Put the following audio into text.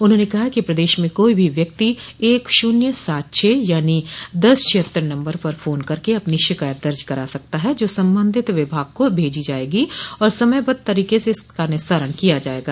उन्होंने कहा कि प्रदेश में कोई भी व्यक्ति एक शून्य सात छह यानी दस छियत्तर नम्बर पर फोन करके अपनी शिकायत दर्ज करा सकता है जो संबंधित विभाग को भेज दी जायेगी और समयबद्ध तरीके से इसका निस्तारण किया जायेगा